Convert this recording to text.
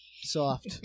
Soft